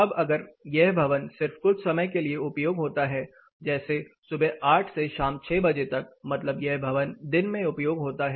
अब अगर यह भवन सिर्फ कुछ समय के लिए उपयोग होता है जैसे सुबह 800 से शाम के 600 बजे तक मतलब यह भवन दिन में उपयोग होता है